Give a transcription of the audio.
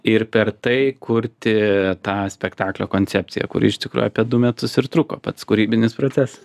ir per tai kurti tą spektaklio koncepciją kuri iš tikrųjų apie du metus ir truko pats kūrybinis procesas